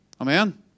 Amen